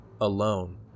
Alone